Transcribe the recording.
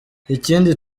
ikindi